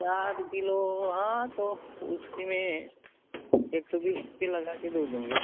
चार किलो हाँ तो उसमें एक सौ बीस के लगाकर दे देंगे